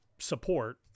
support